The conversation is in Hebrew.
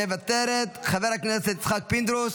מוותרת, חבר הכנסת יצחק פינדרוס,